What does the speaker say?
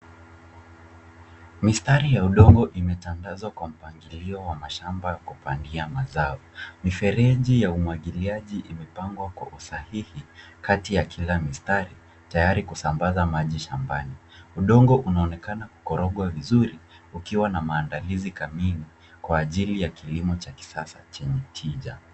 Mistari ya udongo imetandazwa kwa mpangilio wa mashamba ya kupandia mazao. Mifereji ya umwagilaji imepangwa kwa usahihi kati ya kila mistari tayari kusambaza maji shambani. Udongo unaonekana kukorogwa vizuri ukiwa na maandalizi kamili kwa ajili ya kilimo cha kisasa chenye tija.